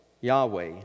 Yahweh